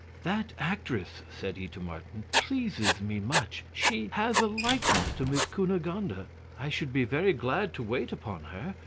that actress, said he to martin, pleases me much she has a likeness to miss cunegonde ah i should be very glad to wait upon her.